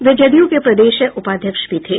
वे जदयू के प्रदेश उपाध्यक्ष भी थे